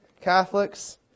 Catholics